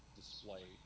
display